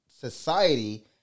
society